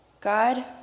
God